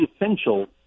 essential